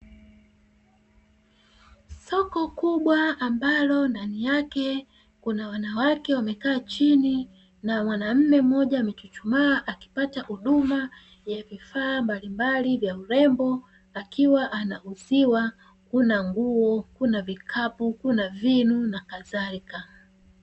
Soko kubwa ambalo ndani yake kuna wanawake wamekaa chini na mwanamme mmoja amechuchumaa akipata huduma ya vifaa mbalimbali vya urembo akiwa anauziwa kuna nguo, kuna vikapu, kuna vinu na kadhalika.